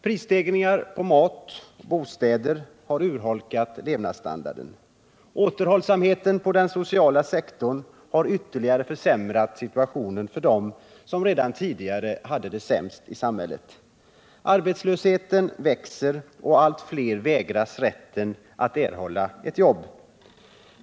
Prisstegringar på mat och bostäder har urholkat levnadsstandarden. Återhållsamheten på den sociala sektorn har ytterligare försämrat situationen för dem som redan tidigare hade det sämst i samhället. Arbetslösheten växer, och allt fler vägras rätten att erhålla ett jobb.